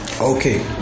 Okay